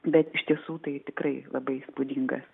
bet iš tiesų tai tikrai labai įspūdingas